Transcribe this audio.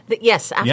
Yes